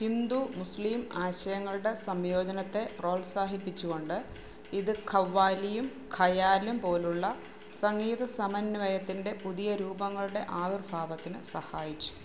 ഹിന്ദു മുസ്ലിം ആശയങ്ങളുടെ സംയോജനത്തെ പ്രോത്സാഹിപ്പിച്ചുകൊണ്ട് ഇത് ഖവ്വാലിയും ഖയാലും പോലുള്ള സംഗീത സമന്വയത്തിൻ്റെ പുതിയ രൂപങ്ങളുടെ ആവിർഭാവത്തിന് സഹായിച്ചു